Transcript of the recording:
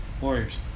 Warriors